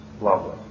Lovely